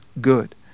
good